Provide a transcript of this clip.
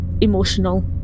emotional